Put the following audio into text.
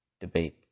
Debate